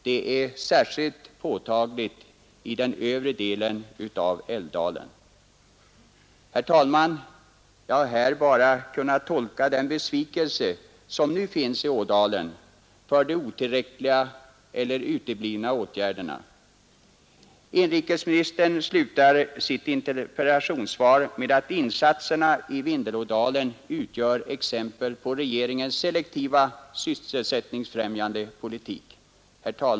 Det är särskilt påtagligt i den övre delen av älvdalen. Herr talman! Jag har här velat tolka den besvikelse som nu finns i Vindelådalen över de otillräckliga eller utblivna åtgärderna. Inrikesministern slutade sitt interpellationssvar med att säga att insatserna i Vindelådalen utgör exempel på regeringens selektiva, sysselsättningsfrämjande politik.